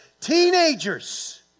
teenagers